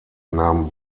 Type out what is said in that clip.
nahm